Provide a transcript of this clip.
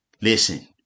Listen